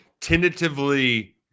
tentatively